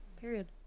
Period